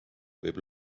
võib